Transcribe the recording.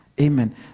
amen